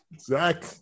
Zach